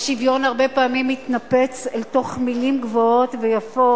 השוויון הרבה פעמים מתנפץ אל תוך מלים גבוהות ויפות.